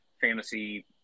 fantasy –